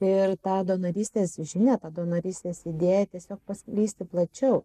ir tą donorystės žinią tą donorystės idėją tiesiog paskleisti plačiau